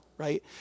right